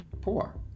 poor